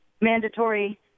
mandatory